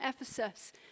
Ephesus